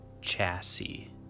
chassis